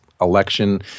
election